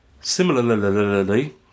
Similarly